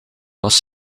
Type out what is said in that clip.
was